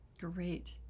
Great